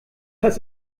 das